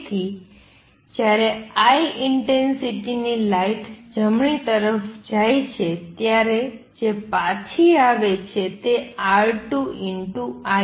તેથી જ્યારે I ઇંટેંસિટીની લાઇટ જમણી તરફ જાય છે ત્યારે જે પાછી આવે છે તે R2 I છે